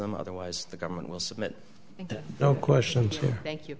them otherwise the government will submit no questions thank you